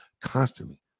constantly